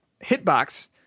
Hitbox